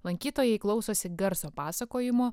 lankytojai klausosi garso pasakojimo